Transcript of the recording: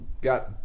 got